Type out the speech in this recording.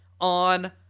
on